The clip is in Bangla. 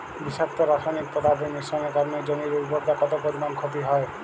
বিষাক্ত রাসায়নিক পদার্থের মিশ্রণের কারণে জমির উর্বরতা কত পরিমাণ ক্ষতি হয়?